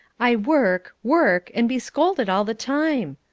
i work, work, and be scolded all the time.